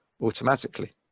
automatically